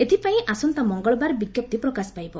ଏଥିପାଇଁ ଆସନ୍ତା ମଙ୍ଗଳବାର ବିଜ୍ଞପ୍ତି ପ୍ରକାଶ ପାଇବ